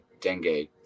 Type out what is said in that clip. dengue